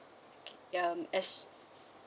okay um as